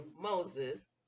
Moses